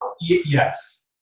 Yes